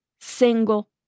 single